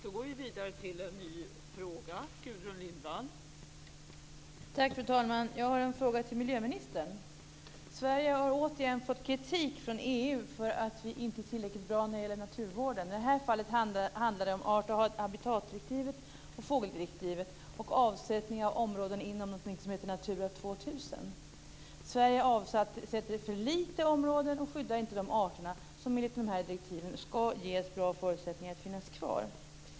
Fru talman! Jag har en fråga till miljöministern. Sverige har återigen fått kritik från EU för att vi inte är tillräckligt bra när det gäller naturvården. I det här fallet handlar det om art och habitatdirektivet samt fågeldirektivet och avsättningar av områden inom någonting som kallas Natura 2000. Sverige avsätter för få områden och skyddar inte de arter som enligt dessa direktiv ska ges bra förutsättningar att finnas kvar.